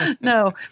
no